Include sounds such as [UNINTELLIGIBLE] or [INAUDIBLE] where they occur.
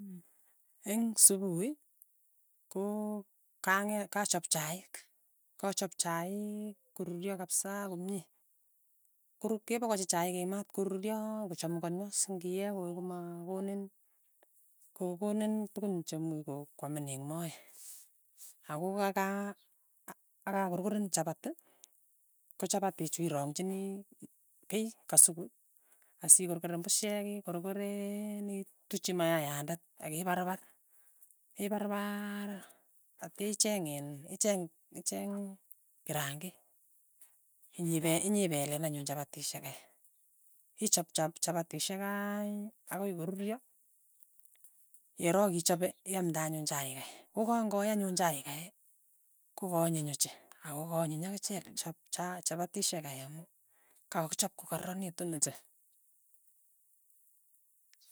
Eng' supuhi, ko kang'et kachap chaik, kachop chaik koruryo kapsa komie, koru kepakakchi chaik eng' maat koruryoo akoi kochamukonio sing'iee koi komakonin ko konin tukun chemuuch kwamin eng' moee, ako ka ka akakurkuren chapati, kochapati ichu irongchini kei, kasuku asikorkoren pushek, ikorkoreen ituchi mayaiyandet akiparpar, iparpaar atya icheng iin icheng icheng icheng kirangi, inyipe inyipelen anyun chapatishek kei, ichop cha- chapatishek kai akoi koruryo, yerok ichape, iamde anyun chaik kei, kokang'ae anyun chaikae kokaanyiny ochei, ako kaanyiny akichek chap cha- chapatishek kae, kaakichop kokararanitu. [UNINTELLIGIBLE]